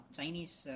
Chinese